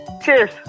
Cheers